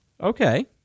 Okay